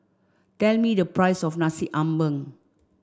tell me the price of Nasi Ambeng